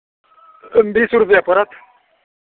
बीस रुपैआ पड़त